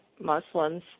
Muslims